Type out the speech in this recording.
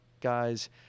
guys